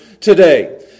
Today